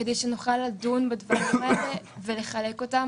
כדי שנוכל לדון בדברים האלה ולהתמודד